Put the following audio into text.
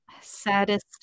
saddest